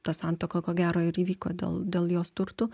ta santuoka ko gero ir įvyko dėl dėl jos turtų